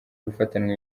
gufatanwa